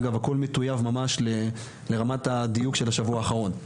אגב הכל מטוייב ממש לרמת הדיוק של השבוע האחרון.